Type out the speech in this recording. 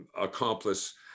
accomplice